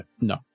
No